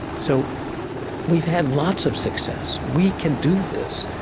so we've had lots of success. we can do this.